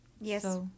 yes